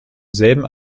selben